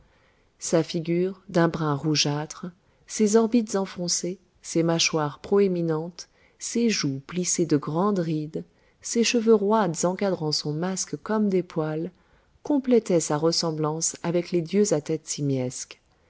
sa figure d'un brun rougeâtre ses orbites enfoncées ses mâchoires proéminentes ses joues plissées de grandes rides ses cheveux roides encadrant son masque comme des poils complétaient sa ressemblance avec les dieux à tête simiesque